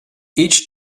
each